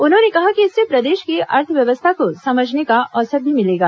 उन्होंने कहा कि इससे प्रदेश की अर्थव्यवस्था को समझने का अवसर भी मिलेगा